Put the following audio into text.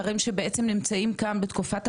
ובתקופת ההתארגנות,